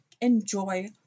enjoy